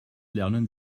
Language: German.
lernen